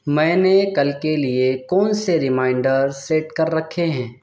میں نے کل کے لیے کون سے ریمائنڈر سیٹ کر رکھے ہیں